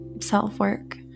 self-work